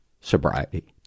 sobriety